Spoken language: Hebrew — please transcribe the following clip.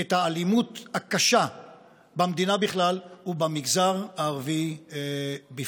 את האלימות הקשה במדינה בכלל, ובמגזר הערבי בפרט.